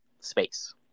space